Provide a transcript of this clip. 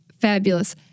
Fabulous